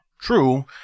true